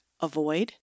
avoid